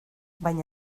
baina